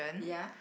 ya